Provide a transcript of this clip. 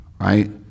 right